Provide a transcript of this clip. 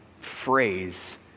phrase